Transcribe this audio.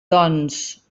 doncs